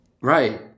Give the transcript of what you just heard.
Right